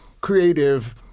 creative